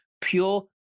pure